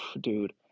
dude